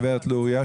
הגב' לוריא,